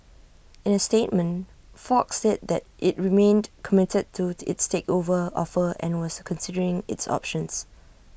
in A statement fox said that IT remained committed to its takeover offer and was considering its options